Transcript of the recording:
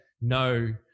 no